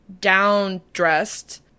down-dressed